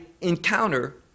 encounter